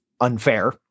unfair